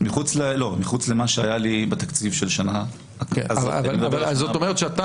מחוץ למה שהיה לי בתקציב של שנה --- אבל זאת אומרת שאתה